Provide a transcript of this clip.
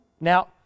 Now